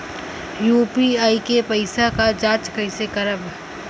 UPI के पैसा क जांच कइसे करब?